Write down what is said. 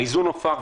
האיזון הופר,